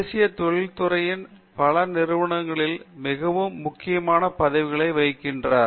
தேசிய தொழிற்துறைகளில் பல நிறுவனங்களில் மிகவும் முக்கியமான பதவிகளை வகிக்கிறார்